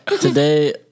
Today